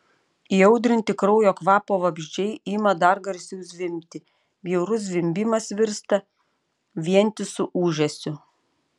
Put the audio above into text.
įaudrinti kraujo kvapo vabzdžiai ima dar garsiau zvimbti bjaurus zvimbimas virsta vientisu ūžesiu